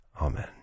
Amen